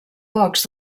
pocs